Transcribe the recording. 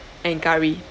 and curry